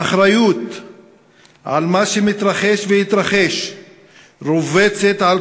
האחריות למה שמתרחש ויתרחש רובצת על